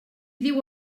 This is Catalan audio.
diu